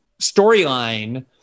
storyline